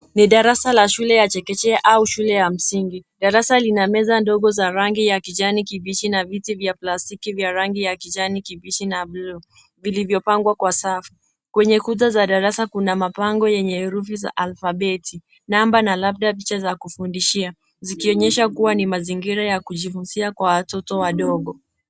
Ni darasa la shule ya chekechea au shule ya msingi. Darasa lina meza ndogo za rangi ya kijani kibichi na viti vya plastiki vya rangi ya kijani kibichi na bluu vilivyopangwa kwa safu. Kwenye kuta za darasa kuna mabango yenye herufi za alpabeti, namba na labda picha za kufundishia zikionyesha kuwa ni mazingira ya kujifunzia kwa watoto wadogo.